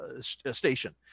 station